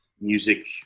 music